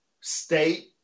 state